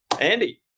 Andy